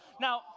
Now